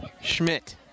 Schmidt